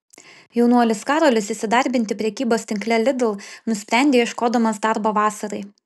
jaunuolis karolis įsidarbinti prekybos tinkle lidl nusprendė ieškodamas darbo vasarai